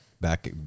back